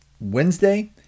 Wednesday